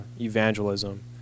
evangelism